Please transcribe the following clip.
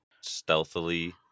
stealthily